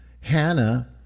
Hannah